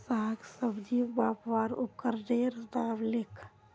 साग सब्जी मपवार उपकरनेर नाम लिख?